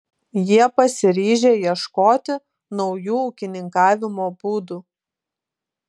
jie pasiryžę ieškoti naujų ūkininkavimo būdų